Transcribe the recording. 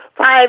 Five